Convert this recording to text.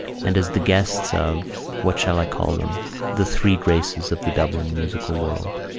and as the guests of what shall i call them the three graces of the dublin musical world.